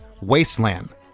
Wasteland